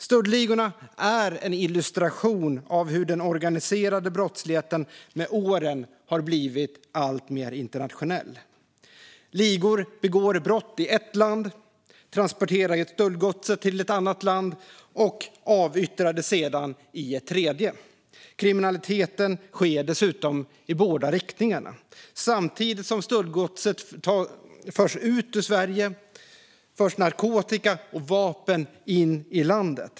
Stöldligorna är en illustration av hur den organiserade brottsligheten med åren blivit alltmer internationell. Ligor begår brott i ett land, transporterar stöldgodset till ett annat land och avyttrar det sedan i ett tredje. Kriminaliteten sker dessutom i båda riktningarna. Samtidigt som stöldgods förs ut ur Sverige förs narkotika och vapen in i landet.